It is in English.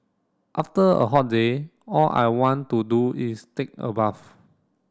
after a hot day all I want to do is take a bath